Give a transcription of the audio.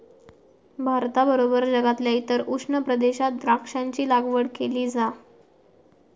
भारताबरोबर जगातल्या इतर उष्ण प्रदेशात द्राक्षांची लागवड केली जा